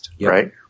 right